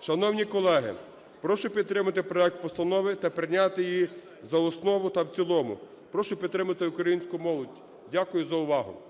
Шановні колеги, прошу підтримати проект постанови та прийняти її за основу та в цілому. Прошу підтримати українську молодь. Дякую за увагу. ГОЛОВУЮЧИЙ.